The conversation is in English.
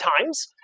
times